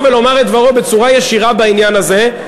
ולומר את דברו בצורה ישירה בעניין הזה,